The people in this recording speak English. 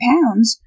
Pounds